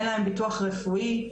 אין להם ביטוח רפואי,